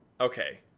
Okay